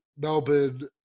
Melbourne